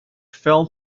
fell